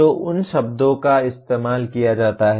तो उन शब्दों का इस्तेमाल किया जाता है